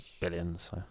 billions